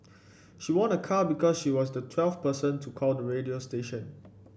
she won a car because she was the twelfth person to call the radio station